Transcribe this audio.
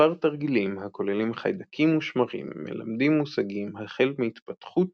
מספר תרגילים הכוללים חיידקים ושמרים מלמדים מושגים החל מהתפתחות